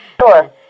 sure